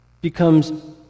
becomes